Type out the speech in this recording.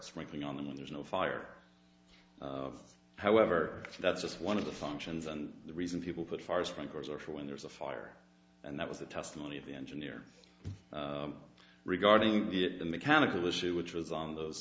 sprinkling on them when there's no fire however that's just one of the functions and the reason people put far sprinklers are for when there's a fire and that was the testimony of the engineer regarding the mechanical issue which was on those